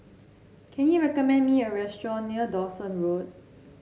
can you recommend me a restaurant near Dawson Road